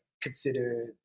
considered